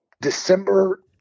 December